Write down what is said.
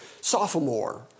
sophomore